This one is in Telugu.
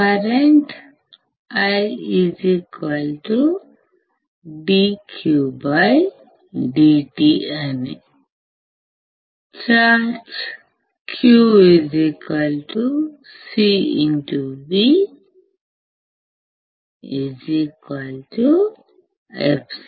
కరెంటు I dq dt అని ఛార్జ్ qCVεoWLto